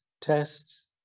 tests